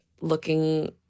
looking